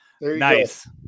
nice